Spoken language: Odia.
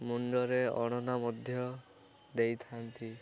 ମୁଣ୍ଡରେ ଓଢ଼ଣା ମଧ୍ୟ ଦେଇଥାନ୍ତି